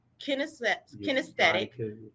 kinesthetic